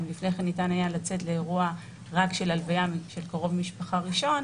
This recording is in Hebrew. אם לפני כן ניתן היה לצאת לאירוע רק של הלוויה של קרוב משפחה ראשון,